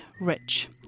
rich